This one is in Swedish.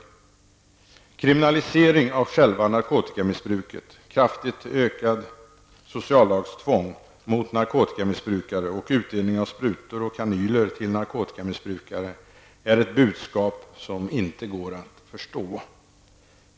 Detta med kriminalisering av själva narkotikamissbruket, ett kraftigt ökat sociallagstvång gentemot narkotikamissbrukare och utdelning av sprutor och kanyler till narkotikamissbrukare är ett budskap som det inte går att förstå.